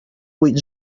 vuit